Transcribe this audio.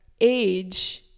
age